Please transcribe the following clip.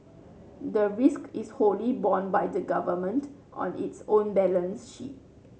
the risk is wholly borne by the government on its own balance sheet